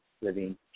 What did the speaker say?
living